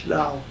now